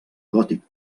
gòtic